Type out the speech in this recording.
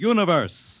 Universe